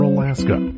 Alaska